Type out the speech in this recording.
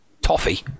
toffee